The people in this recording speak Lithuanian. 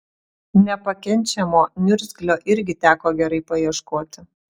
nepakenčiamo niurgzlio irgi teko gerai paieškoti